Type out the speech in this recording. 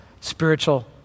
spiritual